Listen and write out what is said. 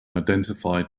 identified